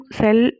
cell